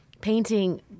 painting